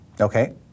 Okay